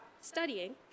studying